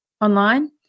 online